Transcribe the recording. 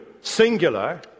singular